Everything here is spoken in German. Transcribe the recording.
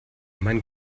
mein